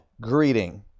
Greeting